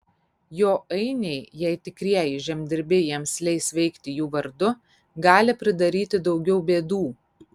jo ainiai jei tikrieji žemdirbiai jiems leis veikti jų vardu gali pridaryti daugiau bėdų